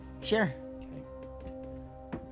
Sure